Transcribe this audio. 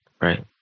Right